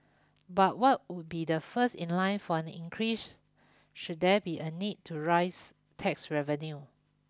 but what would be the first in line from an increase should there be a need to rise tax revenue